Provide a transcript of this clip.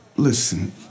Listen